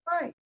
right